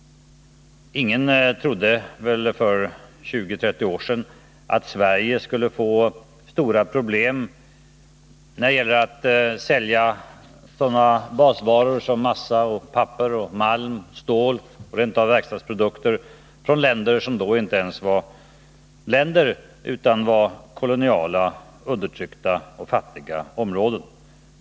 Ingen trodde väl för 20-30 år sedan att Sverige skulle få stora problem när det gäller att sälja sådana basvaror som massa, papper, malm, stål och rent av verkstadsprodukter på grund av konkurrens från länder som då inte ens var länder utan koloniala, undertryckta och fattiga områden.